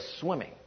swimming